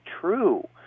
true